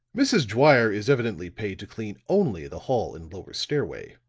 mrs. dwyer is evidently paid to clean only the hall and lower stairway,